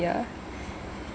ah